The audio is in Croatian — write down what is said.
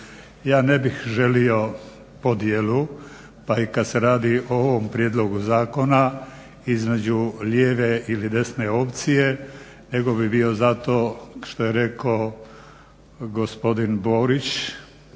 Ja ne bih želio podjelu pa i kad se radi o ovom prijedlogu zakona između lijeve ili desne opcije nego bi bio za to što je rekao gospodin Borić